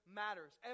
matters